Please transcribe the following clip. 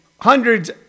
hundreds